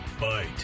bite